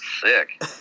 sick